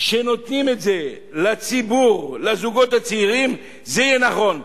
שנותנים לציבור, לזוגות הצעירים, זה נכון.